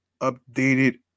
updated